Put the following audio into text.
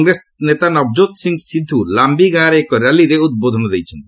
କଂଗ୍ରେସ ନେତା ନବଜୋତ ସିଂହ ସିଦ୍ଧୁ ଲାମ୍ପି ଗାଁରେ ଏକ ର୍ୟାଲିରେ ଉଦ୍ବୋଧନ ଦେଇଛନ୍ତି